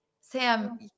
Sam